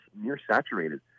near-saturated